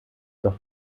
doch